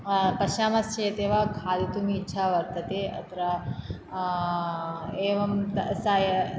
पश्यामश्चेत् एव खादितुम् इच्छा वर्तते अत्र एवं सा